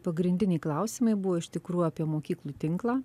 pagrindiniai klausimai buvo iš tikrųjų apie mokyklų tinklą